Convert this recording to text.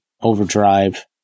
overdrive